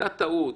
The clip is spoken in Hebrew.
הייתה טעות,